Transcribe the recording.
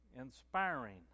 inspiring